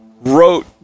wrote